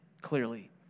clearly